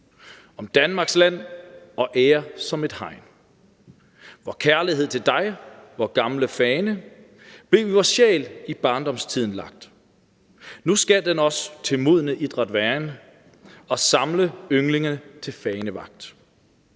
Danmarks Land og Ære som et Hegn./Vor Kærlighed til dig, vor gamle Fane,/Blev i vor Sjæl i Barndomstiden lagt;/Nu skal den os til moden Idræt mane/Og samle Ynglinge til Fanevagt.